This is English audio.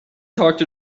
talked